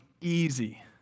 easy